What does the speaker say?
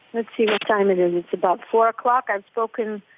let's see what time it is, it's about four o'clock. i've spoken